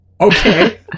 Okay